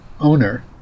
owner